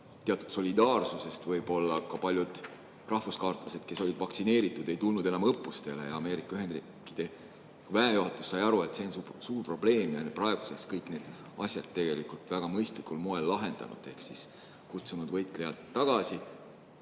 teatud solidaarsusest paljud rahvuskaartlased, kes olid vaktsineeritud, ei tulnud enam õppustele. Ameerika Ühendriikide väejuhatus sai aru, et see on suur probleem, ja on praeguseks kõik need asjad väga mõistlikul moel lahendanud ehk on kutsunud võitlejad tagasi.